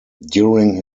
during